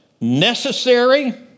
necessary